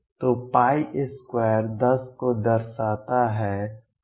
तो 2 10 को दर्शाता है